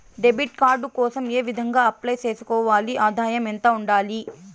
Debit card కోసం ఏ విధంగా అప్లై సేసుకోవాలి? ఆదాయం ఎంత ఉండాలి?